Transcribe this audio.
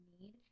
need